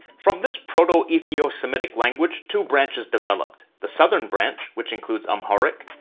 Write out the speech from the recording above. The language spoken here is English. from this proto-ethiosemitic language, two branches developed the southern branch, which includes amharic,